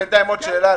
בינתיים רק עוד שאלה,